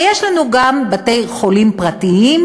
ויש לנו גם בתי-חולים פרטיים,